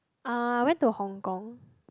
uh went to Hong Kong